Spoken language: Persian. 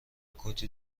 کتی